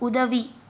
உதவி